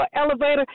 elevator